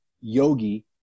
yogi